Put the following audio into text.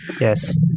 Yes